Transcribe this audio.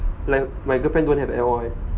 like my girlfriend don't have at all eh